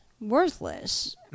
worthless